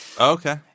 Okay